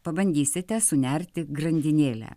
pabandysite sunerti grandinėlę